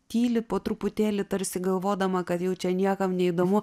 tyli po truputėlį tarsi galvodama kad jau čia niekam neįdomu